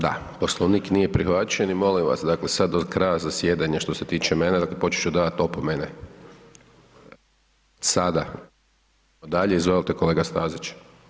Da, Poslovnik nije prihvaćen i molim vas, dakle, sad do kraja zasjedanja, što se tiče mene, počet ću davati opomene, sada… [[Govornik se ne čuje]] dalje, izvolite kolega Stazić.